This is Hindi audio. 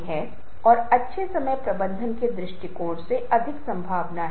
और आपको लगता है कि यह एक कीवर्ड है हालांकि मैंने इसका उल्लेख यहां प्रस्तुतिकरण अभिविन्यास में नहीं किया है